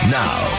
now